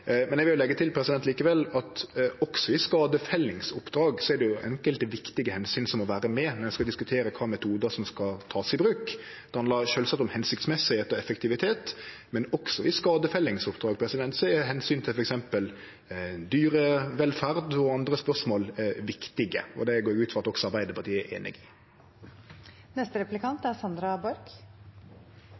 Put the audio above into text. Eg vil likevel leggje til at også i skadefellingsoppdrag er det enkelte viktige omsyn som må vere med når ein skal diskutere kva for metodar som skal takast i bruk. Det handlar sjølvsagt om kva som er formålstenleg og effektivt, men også i skadefellingsoppdrag er omsyna til f.eks. dyrevelferd og andre spørsmål viktige, og det går eg ut frå at også Arbeidarpartiet er einig i. Vi står i en krevende situasjon denne vinteren rundt skadefelling av jerv, for situasjonen nå er